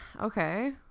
Okay